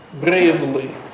bravely